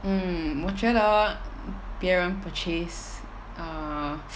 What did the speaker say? hmm 我觉得别人 purchase err